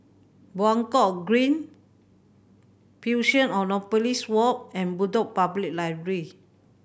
Buangkok Green Fusionopolis Walk and Bedok Public Library